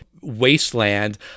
wasteland